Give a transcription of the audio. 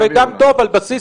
גם טוב על בסיס,